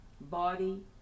body